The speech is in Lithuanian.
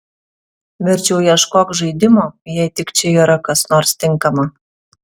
verčiau ieškok žaidimo jei tik čia yra kas nors tinkama